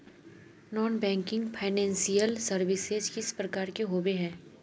Non banking financial services किस प्रकार के होबे है?